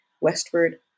westward